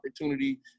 opportunity